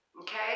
Okay